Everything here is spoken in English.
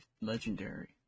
Legendary